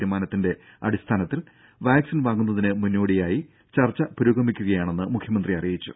തീരുമാനത്തിന്റെ അടിസ്ഥാനത്തിൽ വാക്സിൻ വാങ്ങുന്നതിന് മുന്നോടിയായ ചർച്ച പുരോഗമിക്കുകയാണെന്ന് മുഖ്യമന്ത്രി അറിയിച്ചു